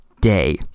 day